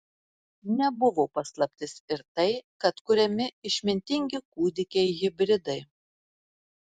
nebuvo paslaptis ir tai kad kuriami išmintingi kūdikiai hibridai